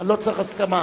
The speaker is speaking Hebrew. אני לא צריך הסכמה.